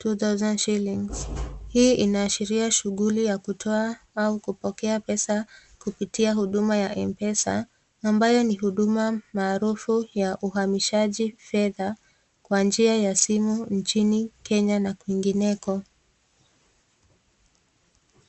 2,000 shillings . Hii inaashiria shughuli ya kutoa au kupokea pesa kupitia huduma ya M-PESA ambayo ni huduma maarufu ya uhamishaji fedha kwa njia ya simu nchini Kenya na kwingineko.